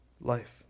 life